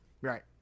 Right